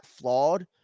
flawed